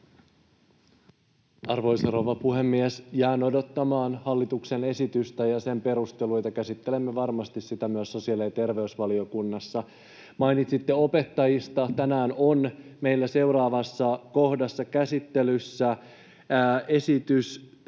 Arvoisa rouva puhemies! Jään odottamaan hallituksen esitystä ja sen perusteluita. Käsittelemme varmasti sitä myös sosiaali- ja terveysvaliokunnassa. Mainitsitte opettajista. Tänään on meillä seuraavassa kohdassa käsittelyssä esitys,